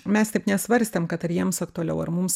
mes taip nesvarstėm kad ar jiems aktualiau ar mums